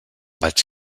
vaig